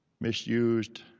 misused